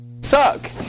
Suck